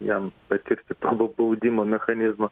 jam patirti prabo baudimo mechanizmo